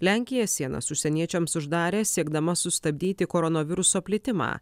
lenkija sienas užsieniečiams uždarė siekdama sustabdyti koronaviruso plitimą